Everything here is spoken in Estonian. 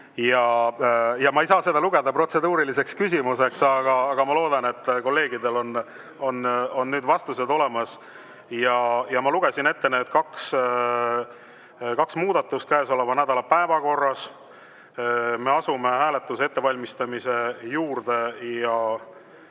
Ma ei saa seda lugeda protseduuriliseks küsimuseks, aga ma loodan, et kolleegidel on nüüd vastused olemas. Ma lugesin ette need kaks muudatust käesoleva nädala päevakorras. Me asume hääletuse ettevalmistamise juurde ja